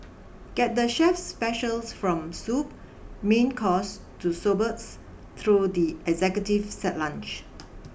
get the chef's specials from soup main course to sorbets through the executive set lunch